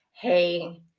hey